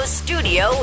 studio